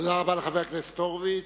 תודה רבה לחבר הכנסת הורוביץ.